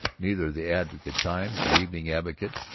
neither the advocate-times, the evening advocate,